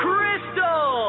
Crystal